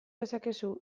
dezakezu